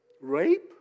Rape